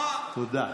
תודה.